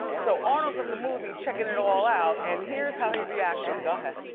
so, arnold's at the movie, checking it all out, and here's how he reacted. go ahead.